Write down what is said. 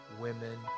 women